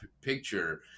picture